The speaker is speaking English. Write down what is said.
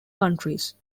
countries